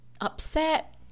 upset